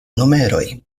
numeroj